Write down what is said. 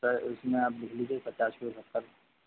sir उसमें आप लिख लीजिए पचास किलो शक्कर